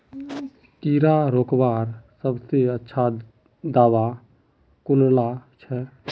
कीड़ा रोकवार सबसे अच्छा दाबा कुनला छे?